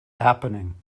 happening